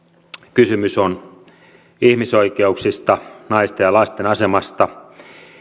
kysymys on ihmisoikeuksista naisten ja lasten asemasta